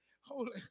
Holy